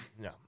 No